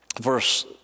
Verse